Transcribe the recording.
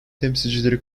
temsilcileri